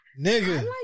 nigga